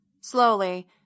Slowly